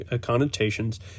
connotations